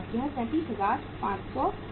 यह 37500 है